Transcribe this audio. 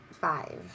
Five